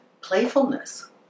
Playfulness